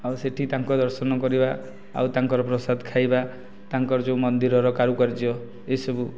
ଆଉ ସେଠି ତାଙ୍କୁ ଦର୍ଶନ କରିବା ଆଉ ତାଙ୍କର ପ୍ରସାଦ ଖାଇବା ତାଙ୍କର ଯେଉଁ ମନ୍ଦିରର କାରୁକାର୍ଯ୍ୟ ଏହିସବୁ